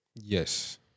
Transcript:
Yes